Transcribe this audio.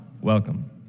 Welcome